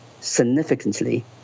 significantly